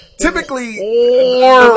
typically